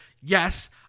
yes